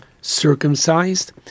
circumcised